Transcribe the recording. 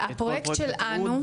הפרויקט של 'אנו',